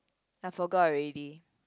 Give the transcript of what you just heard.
I forgot already